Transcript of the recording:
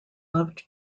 loved